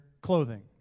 clothing